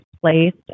placed